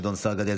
גדעון סער,